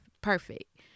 perfect